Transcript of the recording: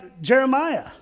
Jeremiah